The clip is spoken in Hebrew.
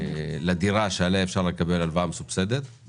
לדירה שעליה אפשר לקבל הלוואה מסובסדת,